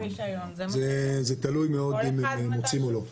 זה תלוי מאוד אם מוצאים או לא.